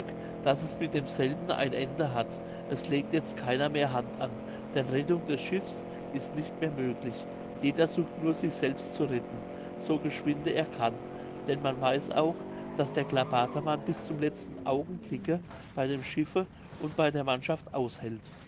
daß es mit demselben ein ende hat es legt jetzt keiner mehr hand an denn rettung des schiffes ist nicht mehr möglich jeder sucht nur sich selbst zu retten so geschwinde er kann denn man weiß auch daß der klabatermann bis zum letzten augenblicke bei dem schiffe und bei der mannschaft aushält